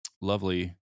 lovely